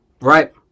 right